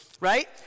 Right